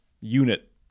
unit